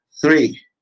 three